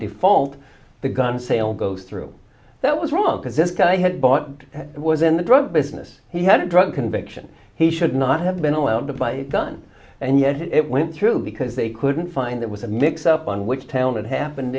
default the gun sale goes through that was wrong because this guy had bought and was in the drug business he had a drug conviction he should not have been allowed to buy a gun and yet it went through because they couldn't find it was a mix up on which town it happened